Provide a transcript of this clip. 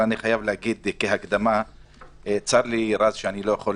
אני חייב להגיד כהקדמה שצר לי, רז, שאני לא יכול